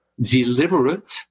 deliberate